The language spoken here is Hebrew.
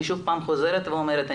אני שוב חוזרת ואומרת,